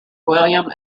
william